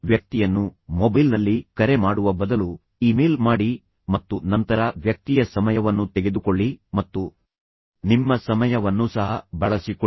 ವ್ಯಕ್ತಿಯನ್ನು ಮೊಬೈಲ್ನಲ್ಲಿ ಕರೆ ಮಾಡುವ ಬದಲು ಇಮೇಲ್ ಮಾಡಿ ಮತ್ತು ನಂತರ ವ್ಯಕ್ತಿಯ ಸಮಯವನ್ನು ತೆಗೆದುಕೊಳ್ಳಿ ಮತ್ತು ನಿಮ್ಮ ಸಮಯವನ್ನು ಸಹ ಬಳಸಿಕೊಳ್ಳಿ